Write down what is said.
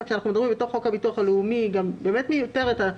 וגם למיטב הבנתנו,